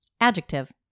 adjective